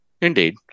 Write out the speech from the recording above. Indeed